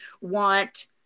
want